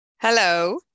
Hello